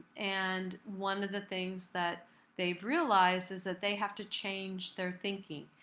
and one of the things that they've realized is that they have to change their thinking.